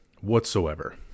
whatsoever